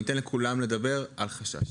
אני אתן לכולם לדבר, אל חשש.